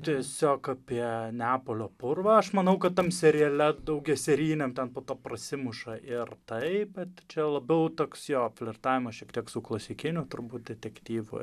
tiesiog apie neapolio purvą aš manau kad tam seriale daugiaserijiniam ten po to prasimuša ir tai bet čia labiau toks jo flirtavimo šiek tiek su klasikiniu turbūt detektyvu